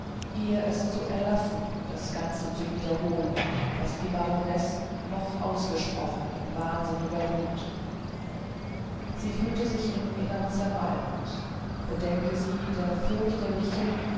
ihr es zu erlassen das ganz zu wiederholen was die baronesse noch ausgesprochen in wahnsinniger wut sie fühlte sich im innern zermalmt gedenke sie der fürchterlichen